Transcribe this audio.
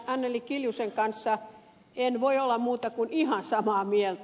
anneli kiljusen kanssa en voi olla muuta kuin ihan samaa mieltä